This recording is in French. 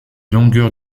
longueurs